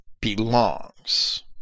belongs